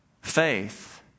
Faith